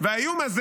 והאיום הזה